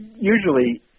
Usually